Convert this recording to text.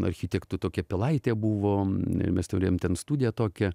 architektų tokia pilaitė buvo mes turėjome ten studiją tokią